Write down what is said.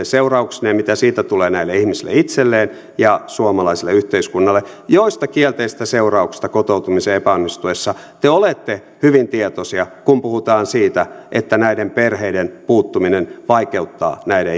seurauksineen mitä siitä tulee näille ihmisille itselleen ja suomalaiselle yhteiskunnalle näistä kielteisistä seurauksista kotoutumisen epäonnistuessa te olette hyvin tietoisia kun puhutaan siitä että näiden perheiden puuttuminen vaikeuttaa näiden